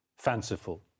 fanciful